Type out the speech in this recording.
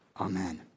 Amen